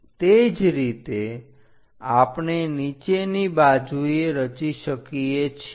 તે જ રીતે આપણે નીચેની બાજુએ રચી શકીએ છીએ